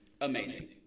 amazing